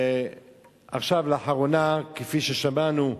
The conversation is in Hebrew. עכשיו, לאחרונה, כפי ששמענו,